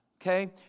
Okay